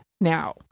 now